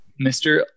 Mr